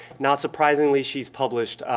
not surprisingly, she's published